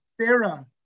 Sarah